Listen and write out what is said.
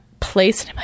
place